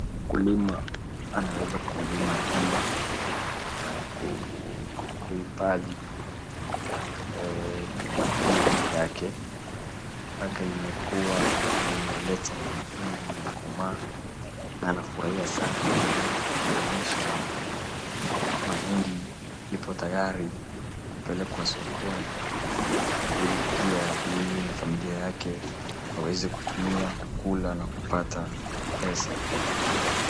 Mkulima anweza kulima shamba, kuhifadhi mahindi yake mpaka imekua na imeleta mahindi, imekomaa, na anafurahia sana anajaribu kutuonyesha mahindi ipo tayari kupelekwa sokoni ili pia yeye na familia yake waweze kutumia kukula na kupata pesa.